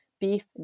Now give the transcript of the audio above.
beef